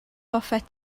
hoffet